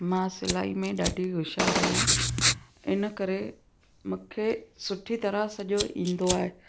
मां सिलाई में ॾाढी होशियार आहियां इनकरे मूंखे सुठी तरह सॼो ईंदो आहे